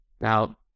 Now